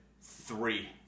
Three